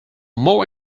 more